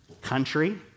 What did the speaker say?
country